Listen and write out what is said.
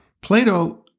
Plato